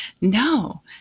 no